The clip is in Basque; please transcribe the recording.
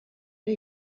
ere